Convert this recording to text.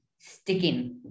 sticking